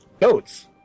Goats